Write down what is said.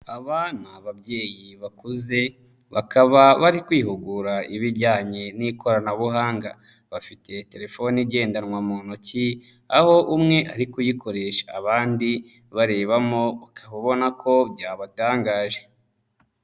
Aba ni babyeyi bakuze, bakaba bari kwihugura ibijyanye n'ikoranabuhanga, bafite telefoni igendanwa mu ntoki, aho umwe ari kuyikoresha, abandi barebamo ukaba ubona ko byabatangaje.